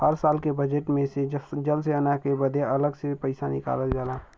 हर साल के बजेट मे से जल सेना बदे अलग से पइसा निकालल जाला